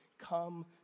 Come